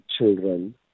children